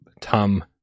Tom